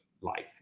life